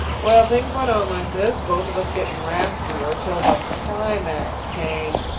well, things went on like this, both of us getting raspier, till the climax came.